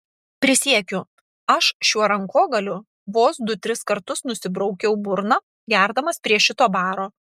prisiekiu aš šiuo rankogaliu vos du tris kartus nusibraukiau burną gerdamas prie šito baro